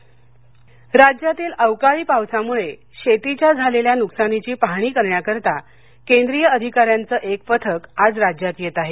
अवकाळी पाहणी राज्यातील अवकाळी पावसामुळे शेतीच्या झालेल्या नुकसानीची पाहणी करण्याकरता केंद्रीय अधिकाऱ्यांच एक पथक आज राज्यात येत आहे